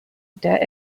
der